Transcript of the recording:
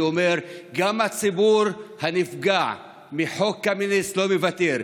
אני אומר: גם הציבור הנפגע מחוק קמיניץ לא מוותר.